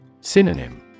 Synonym